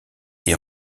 est